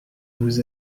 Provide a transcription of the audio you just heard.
vous